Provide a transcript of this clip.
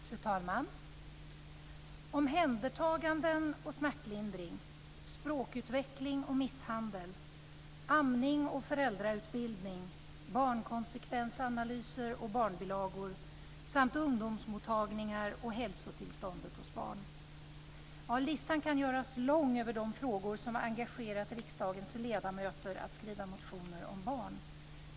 Fru talman! Omhändertaganden och smärtlindring, språkutveckling och misshandel, amning och föräldrautbildning, barnkonsekvensanalyser och barnbilagor samt ungdomsmottagningar och hälsotillståndet hos barn - ja, listan kan göras lång över de frågor som har engagerat riksdagens ledamöter att skriva motioner om barn.